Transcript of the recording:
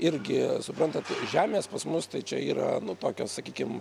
irgi suprantat žemės pas mus tai čia yra nu tokios sakykim